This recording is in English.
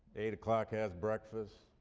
eight o'clock has breakfast,